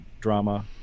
drama